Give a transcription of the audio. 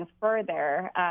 further